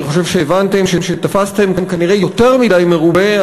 אני חושב שהבנתם שתפסתם כנראה יותר מדי מרובה,